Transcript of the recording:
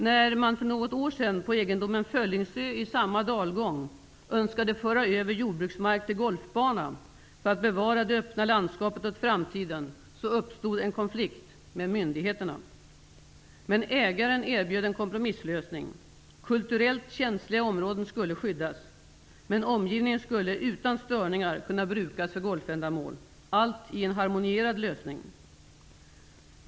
När man för något år sedan på egendomen Föllingsö i samma dalgång önskade föra över jordbruksmark till golfbana för att bevara det öppna landskapet åt framtiden, uppstod en konflikt -- med myndigheterna. Men ägaren erbjöd en kompromisslösning. Kulturellt känsliga områden skulle skyddas, men omgivningen skulle utan störningar kunna brukas för golfändamål -- allt i en harmonierad lösning.